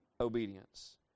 obedience